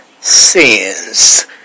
sins